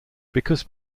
because